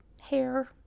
hair